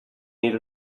need